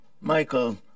Michael